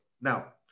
Now